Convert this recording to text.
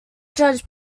judge